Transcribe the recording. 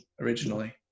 originally